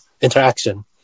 interaction